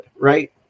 right